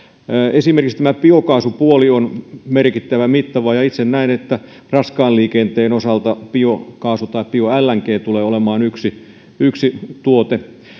esimerkiksi tämä biokaasupuoli on merkittävän mittava ja itse näen että raskaan liikenteen osalta biokaasu tai bio lng tulee olemaan yksi yksi tuote